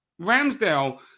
Ramsdale